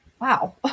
Wow